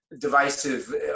divisive